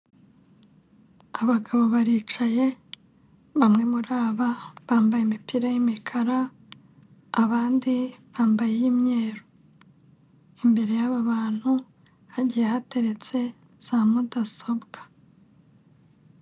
Abagabo baricaye bamwe muri aba bambaye imipira y'imikara abandi bambaye iy'imyeru, imbere y'aba bantu hagiye hateretse za mudasobwa.